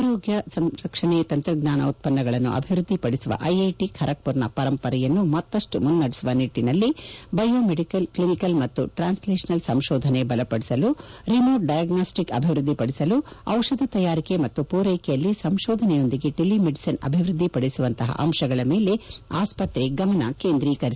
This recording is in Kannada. ಆರೋಗ್ಯ ಸಂರಕ್ಷಣೆ ತಂತ್ರಜ್ಞಾನ ಉತ್ಪನ್ನಗಳನ್ನು ಅಭಿವೃದ್ಧಿ ಪಡಿಸುವ ಐಐಟಿ ಖರಗ್ಪುರ್ನ ಪರಂಪರೆಯನ್ನು ಮತ್ತಷ್ಟು ಮುನ್ನಡೆಸುವ ನಿಟ್ಟನಲ್ಲಿ ಬಯೋಮೆಡಿಕಲ್ ಕ್ಲನಿಕಲ್ ಮತ್ತು ಟ್ರಾನ್ಲೇಷನಲ್ ಸಂಶೋಧನೆ ಬಲಪಡಿಸಲು ರಿಮೋಟ್ ಡಯಾಗ್ನೋಸ್ಟಿಕ್ಸ್ ಅಭಿವೃದ್ಧಿ ಪಡಿಸಲು ದಿಷಧ ತಯಾರಿಕೆ ಮತ್ತು ಪೂರೈಕೆಯಲ್ಲಿ ಸಂಶೋಧನೆಯೊಂದಿಗೆ ಟೆಲಿ ಮೆಡಿಸಿನ್ ಅಭಿವೃದ್ದಿಪಡಿಸುವಂತಹ ಅಂಶಗಳ ಮೇಲೆ ಆಸ್ಪತ್ರೆ ಗಮನ ಕೇಂದ್ರೀಕರಿಸಲಿದೆ